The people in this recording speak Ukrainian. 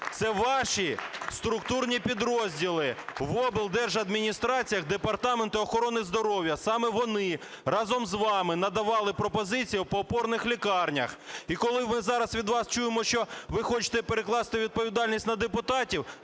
Це ваші структурні підрозділи в облдержадміністраціях Департаменту охорони здоров'я. Саме вони разом з вами надавали пропозиції по опорних лікарнях. І коли ви зараз, від вас чуємо, що ви хочете перекласти відповідальність на депутатів